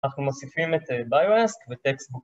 אנחנו מוסיפים את אה.. ביואסק וטקסט